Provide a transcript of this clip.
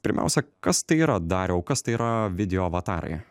pirmiausia kas tai yra dariau kas tai yra video avatarai